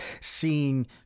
seeing